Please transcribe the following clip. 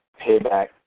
payback